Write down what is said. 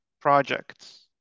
projects